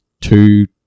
two